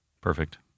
Perfect